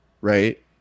right